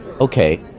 Okay